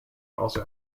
also